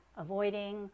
avoiding